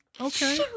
Okay